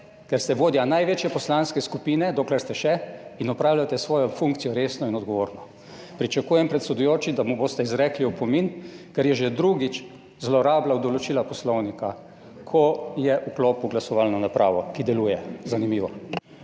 ker ste vodja največje poslanske skupine dokler ste še in opravljajte svojo funkcijo resno in odgovorno. Pričakujem predsedujoči, da mu boste izrekli opomin, ker je že drugič zlorabljal določila Poslovnika, ko je vklopil glasovalno napravo, ki deluje, zanimivo.